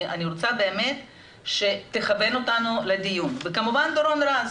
אני רוצה באמת שתכוון אותנו לדיון וכמובן דורון רז,